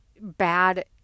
bad